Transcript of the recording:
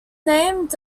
named